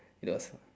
that was